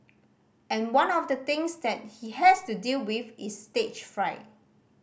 and one of the things that he has to deal with is stage fright